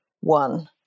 one